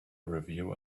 review